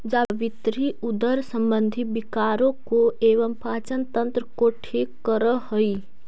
जावित्री उदर संबंधी विकारों को एवं पाचन तंत्र को ठीक करअ हई